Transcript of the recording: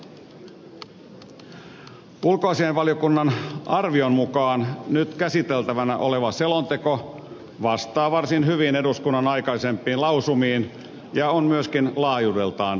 ulkoasiainvaliokunnan arvion mukaan nyt käsiteltävänä oleva selonteko vastaa varsin hyvin eduskunnan aikaisempiin lausumiin ja on myöskin laajuudeltaan riittävä